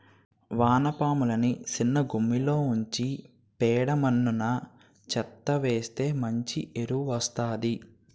వానపాములని సిన్నగుమ్మిలో ఉంచి పేడ మన్ను చెత్తా వేస్తె మంచి ఎరువు వస్తాది